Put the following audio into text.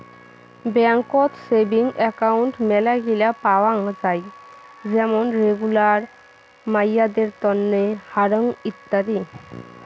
বেংকত savings account মেলাগিলা পাওয়াং যাই যেমন রেগুলার, মাইয়াদের তন্ন, হারং ইত্যাদি